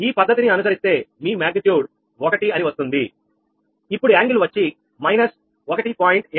ఈ పద్ధతిని అనుసరిస్తే మీ మాగ్నిట్యూడ్ 1 అని వస్తుంది ఇప్పుడు కోణం వచ్చి మైనస్ 1